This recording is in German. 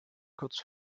kurz